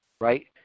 right